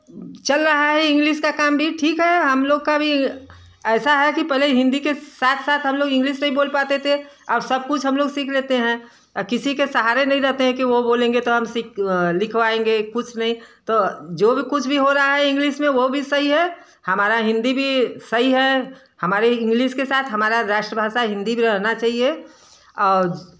चल रहा है इंग्लिस का काम भी ठीक है हम लोग का भी ऐसा है कि पहले हिंदी के साथ साथ हम लोग इंग्लिस नहीं बोल पाते थे और सब कुछ हम लोग सीख लेते हैं किसी के सहारे नहीं रहते हैं कि वे बोलेंगे त हम सीख लिखवाएँगे कुछ नहीं तो जो भी कुछ भी हो रहा है इंग्लिस में वह भी सही है हमरा हिंदी भी सही है हमारे इंग्लिस के साथ हमारा राष्ट्र भाषा हिंदी भी रहना चाहिए और